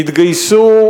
התגייסו,